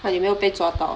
!huh! 你没有被抓到 ah